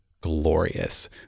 glorious